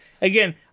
Again